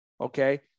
Okay